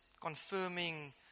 confirming